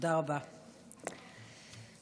אתם ודאי זוכרים וגם זוכרות,